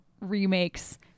remakes